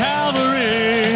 Calvary